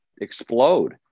explode